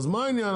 אז מה העניין?